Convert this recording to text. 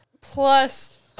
Plus